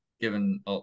given